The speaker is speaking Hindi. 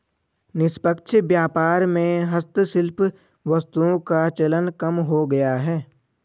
निष्पक्ष व्यापार में हस्तशिल्प वस्तुओं का चलन कम हो गया है